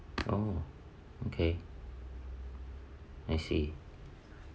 oh okay I see